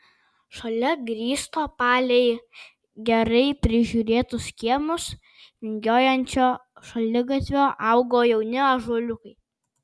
šalia grįsto palei gerai prižiūrėtus kiemus vingiuojančio šaligatvio augo jauni ąžuoliukai